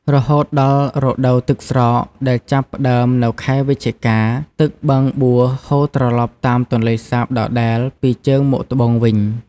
រហូតដល់រដូវទឹកស្រកដែល ចាប់ផ្តើមនៅខែវិច្ឆិកា ទឹកបឹងបួរហូរត្រឡប់តាមទន្លេសាបដដែលពីជើងមកត្បូងវិញ។